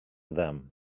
them